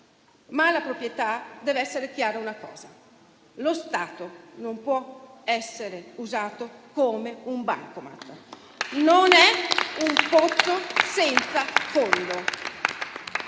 Ma alla proprietà deve essere chiara una cosa: lo Stato non può essere usato come un bancomat. Non è un pozzo senza fondo.